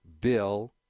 bill